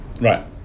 Right